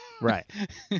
Right